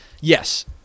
yes